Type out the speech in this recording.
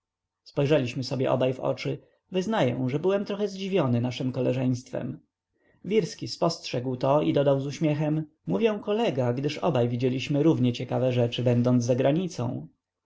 kolega spojrzeliśmy sobie obaj w oczy wyznaję że byłem trochę zdziwiony naszem koleżeństwem wirski spostrzegł to i dodał z uśmiechem mówię kolega gdyż obaj widzieliśmy równie ciekawe rzeczy będąc za granicą